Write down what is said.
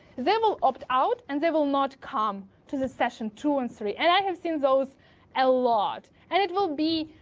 they will opt out and they will not come to the session two and three. and i have seen those a lot, and it will be,